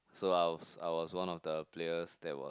so I was I was one of the players that were